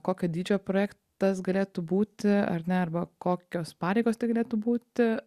kokio dydžio projektas galėtų būti ar ne arba kokios pareigos tai galėtų būti